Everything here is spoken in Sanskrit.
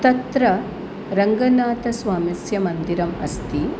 तत्र रङ्गनाथस्वामिनः मन्दिरम् अस्ति